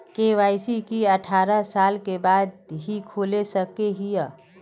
KYC की अठारह साल के बाद ही खोल सके हिये?